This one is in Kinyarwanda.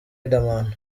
riderman